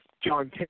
John